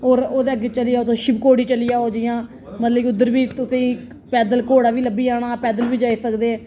होर ओह्दे अग्गें चली जाओ तुस शिवखोड़ी चली जाओ जियां मतलब कि उद्धर बी तुसेंगी पैदल घोड़ा बी लब्भी जाना पैदल बी जाई सकदे